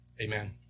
amen